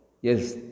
yes